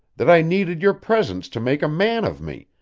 that i needed your presence to make a man of me,